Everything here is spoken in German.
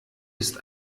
ist